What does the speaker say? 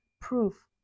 proof